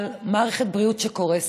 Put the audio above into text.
על מערכת בריאות שקורסת,